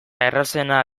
errazena